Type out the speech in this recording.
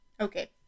Okay